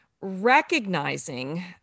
recognizing